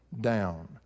down